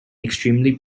extremely